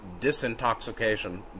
disintoxication